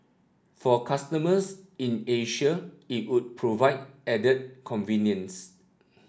for customers in Asia it would provide added convenience